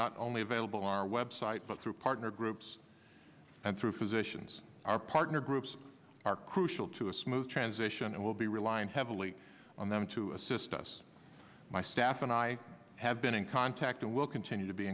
not only available on our website but through partner groups and through physicians our partner groups are crucial to a smooth transition and will be relying heavily on them to assist us my staff and i have been in contact and will continue to be